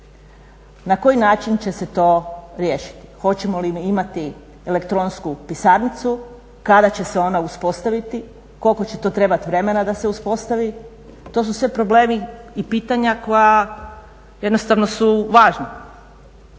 Na koji način će se to riješiti? Hoćemo li imati elektronsku pisarnicu, kada će se ona uspostaviti, koliko će to trebati vremena da se uspostavi, to su sve problemi i pitanja koja su jednostavno važna.